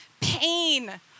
pain